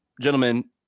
gentlemen